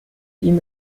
ihm